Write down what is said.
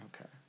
Okay